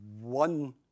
one